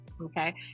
Okay